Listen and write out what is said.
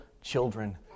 children